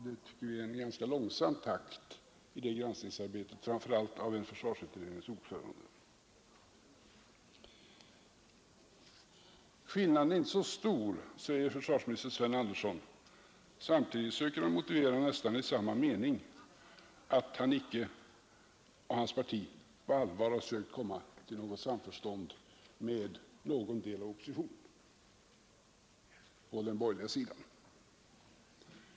Det tycker jag är en ganska långsam takt i detta granskningsarbete, framför allt av en försvarsutrednings ordförande. Skillnaden mellan uppfattningarna är inte så stor, säger försvarsminister Sven Andersson. Samtidigt söker han, nästan i samma mening, motivera varför han och hans parti inte på allvar sökt komma till något samförstånd med någon del av oppositionen på den borgerliga sidan.